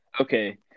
Okay